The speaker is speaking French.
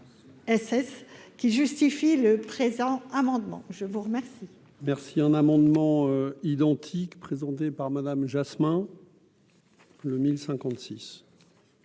qui justifie le présent amendement, je vous remercie. Merci un amendements identiques présentés par Madame Jasmin. Le 1056.